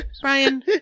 Brian